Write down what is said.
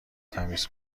تمیز